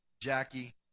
Jackie